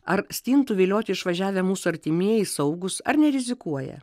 ar stintų vilioti išvažiavę mūsų artimieji saugūs ar nerizikuoja